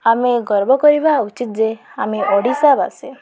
ଆମେ ଗର୍ବ କରିବା ଉଚିତ ଯେ ଆମେ ଓଡ଼ିଶାବାସୀ